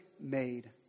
made